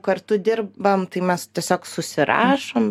kartu dirbam tai mes tiesiog susirašom